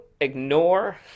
ignore